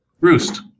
Roost